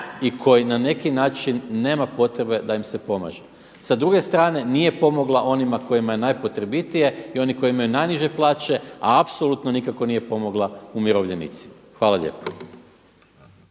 i koji na neki način nema potrebe da im se pomaže. Sa druge strane nije pomogla onima kojima je najpotrebitije i oni koji imaju najniže plaće, a apsolutno nikako nije pomogla umirovljenicima. Hvala lijepa.